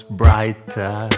brighter